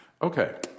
Okay